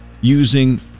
using